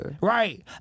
Right